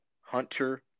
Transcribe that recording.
Hunter